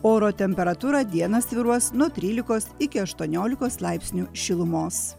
oro temperatūra dieną svyruos nuo trylikos iki aštuoniolikos laipsnių šilumos